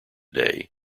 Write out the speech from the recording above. day